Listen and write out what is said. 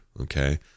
Okay